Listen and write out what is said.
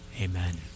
Amen